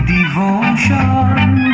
Devotion